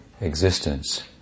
existence